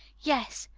yes,